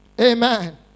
Amen